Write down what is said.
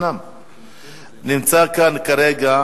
נמצא כאן כרגע